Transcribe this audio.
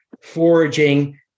foraging